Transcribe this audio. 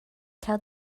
cael